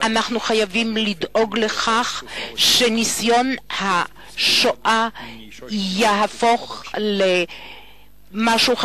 חייבים לדאוג לכך שניסיון השואה יהפוך מורשת